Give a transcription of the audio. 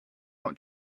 not